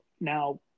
now